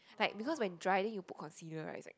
like because when dry then you put concealer right is like